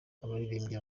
abaririmbyi